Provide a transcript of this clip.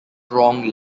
strong